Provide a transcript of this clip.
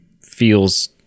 feels